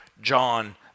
John